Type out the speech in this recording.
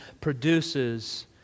produces